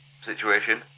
situation